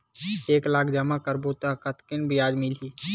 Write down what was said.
एक लाख जमा करबो त कतेकन ब्याज मिलही?